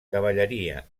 cavalleria